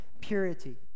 purity